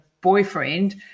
boyfriend